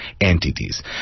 entities